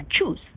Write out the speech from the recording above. choose